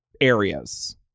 areas